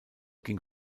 ging